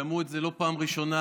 שמעו את זה לא פעם ראשונה,